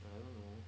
I don't know